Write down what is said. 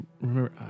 remember